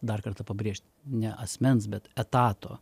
dar kartą pabrėžt ne asmens bet etato